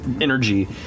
energy